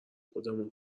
خودمون